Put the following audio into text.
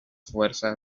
fuerzas